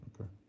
Okay